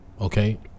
Okay